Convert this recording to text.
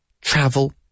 travel